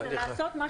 לעשות משהו אחר.